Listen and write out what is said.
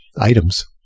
items